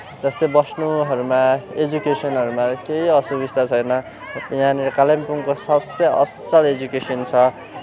जस्तै बस्नुहरूमा एजुकेसनहरूमा केही असुबिस्ता छैन यहाँनिर कालिम्पोङको सबसे असल एजुकेसन छ